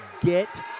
Get